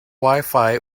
wifi